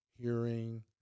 hearing